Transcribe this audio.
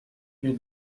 you